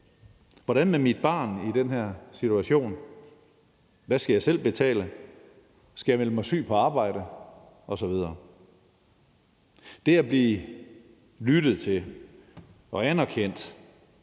Hvad med mit barn i den her situation? Hvad skal jeg selv betale? Skal jeg melde mig syg på arbejde? Det at blive lyttet til og anerkendt